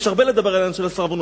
יש הרבה מה לדבר בעניין הסרבנות.